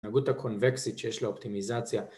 ההתנהגות הקונבקסית שיש לאופטימיזציה